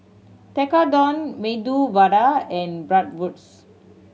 Tekkadon Medu Vada and Bratwurst